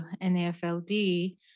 NAFLD